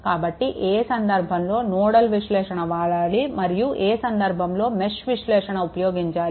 కాబట్టి ఏ సందర్భంలో నోడల్ విశ్లేషణ వాడాలి మరియు ఏ సందర్భంలో మెష్ విశ్లేషణ ఉపయోగించాలి